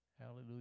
Hallelujah